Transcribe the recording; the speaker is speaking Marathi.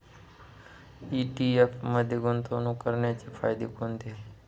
ई.टी.एफ मध्ये गुंतवणूक करण्याचे फायदे कोणते?